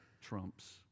trumps